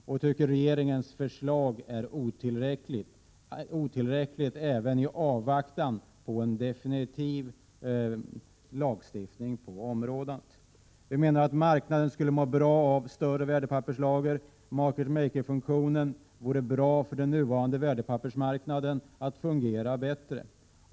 Vi finner regeringens förslag otillräckligt, även i avvaktan på en definitiv lagstiftning på området. Prot. 1987/88:126 Vi reservanter menar att marknaden skulle må bra av större värdepappers 25 maj 1988 lager i market maker-funktionen och att det skulle få den nuvarande värdepappersmarknaden att fungera bättre.